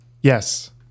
Yes